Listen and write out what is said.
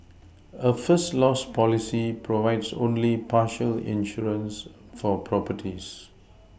a first loss policy provides only partial insurance for properties